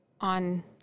on